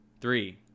three